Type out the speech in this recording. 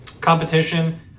competition